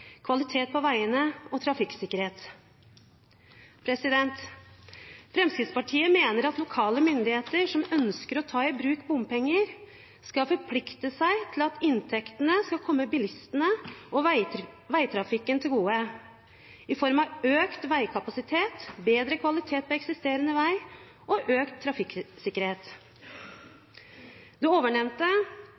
kvalitet på veiene og trafikksikkerhet. Fremskrittspartiet mener at lokale myndigheter som ønsker å ta i bruk bompenger, skal forplikte seg til at inntektene skal komme bilistene og veitrafikken til gode, i form av økt veikapasitet, bedre kvalitet på eksisterende vei og økt trafikksikkerhet. Det